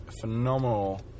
phenomenal